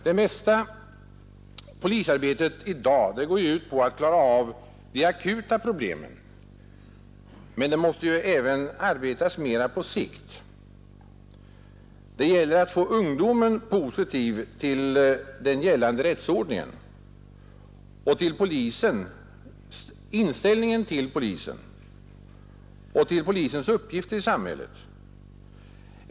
Det mesta polisarbetet i dag går ut på att klara av de akuta problemen, men polisen måste ju arbeta även på längre sikt. Det gäller att få ungdomen positivt inställd till den gällande rättsordningen och till polisen och dess uppgifter i samhället.